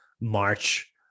March